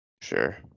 Sure